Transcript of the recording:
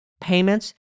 payments